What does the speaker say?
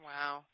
Wow